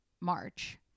March